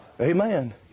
Amen